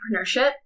entrepreneurship